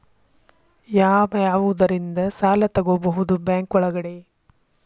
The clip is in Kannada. ಯಾವ್ಯಾವುದರಿಂದ ಸಾಲ ತಗೋಬಹುದು ಬ್ಯಾಂಕ್ ಒಳಗಡೆ?